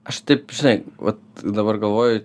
aš taip žinai vat dabar galvoju